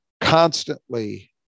constantly